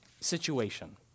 situation